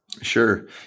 Sure